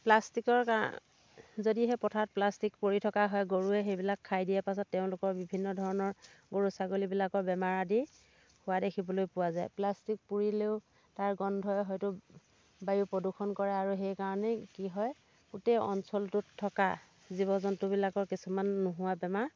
প্লাষ্টিকৰ যদিহে পথাৰত প্লাষ্টিক পৰি থকা হয় গৰুৱে সেইবিলাক খাই দিয়াৰ পাছত তেওঁলোকৰ বিভিন্ন ধৰণৰ গৰু ছাগলীবিলাকৰ বেমাৰ আদি হোৱা দেখিবলৈ পোৱা যায় প্লাষ্টিক পুৰিলেও তাৰ গোন্ধই হয়তো বায়ু প্ৰদূষণ কৰে আৰু সেইকাৰণেই কি হয় গোটেই অঞ্চলটোত থকা জীৱ জন্তুবিলাকৰ কিছুমান নোহোৱা বেমাৰ